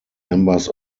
members